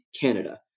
Canada